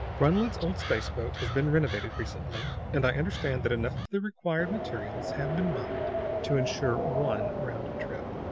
runled's old space-boat has been renovated recently, and i understand that enough of the required materials have been mined to insure one round trip.